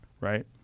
right